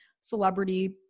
celebrity